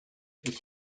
ich